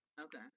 Okay